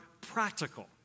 practical